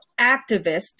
activists